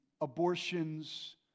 abortions